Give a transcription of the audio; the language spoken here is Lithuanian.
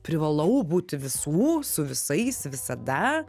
privalau būti visų su visais visada